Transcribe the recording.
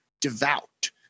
devout